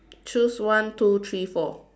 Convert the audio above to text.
choose one two three four